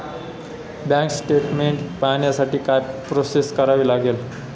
Bank statement पाहण्यासाठी काय process करावी लागेल?